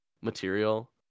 material